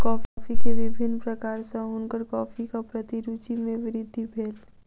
coffee के विभिन्न प्रकार सॅ हुनकर कॉफ़ीक प्रति रूचि मे वृद्धि भेल